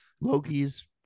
Loki's